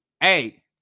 hey